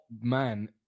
man